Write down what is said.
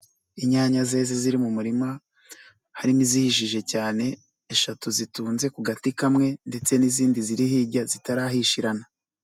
Inyanya zeze ziri mu murima, harimo izihiji cyane, eshatu zitunze ku gati kamwe ndetse n'izindi ziri hirya zitarahishirana.